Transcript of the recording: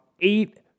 Eight